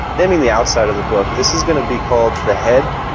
naming the outside of the book. this is going to be called the head,